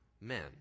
men